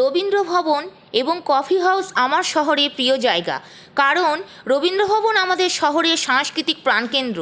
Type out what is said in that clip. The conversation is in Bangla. রবীন্দ্রভবন এবং কফি হাউজ আমার শহরে প্রিয় জায়গা কারণ রবীন্দ্রভবন আমাদের শহরের সাংস্কৃতিক প্রাণকেন্দ্র